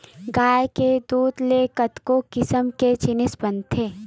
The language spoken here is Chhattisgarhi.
गाय के दूद ले कतको किसम के जिनिस बनथे